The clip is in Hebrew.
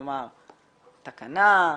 כלומר, תקנה,